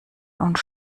und